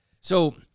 So-